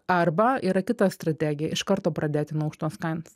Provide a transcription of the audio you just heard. arba yra kita strategija iš karto pradėti nuo aukštos kainos